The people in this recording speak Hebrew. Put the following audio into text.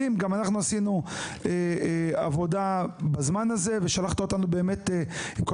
גם אנחנו עשינו עבודה בזמן הזה ושלחת אותנו לכל